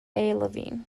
levine